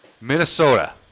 Minnesota